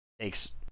takes